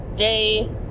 day